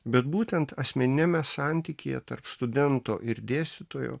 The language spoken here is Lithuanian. bet būtent asmeniniame santykyje tarp studento ir dėstytojų